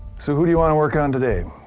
so, who do you want to work on today?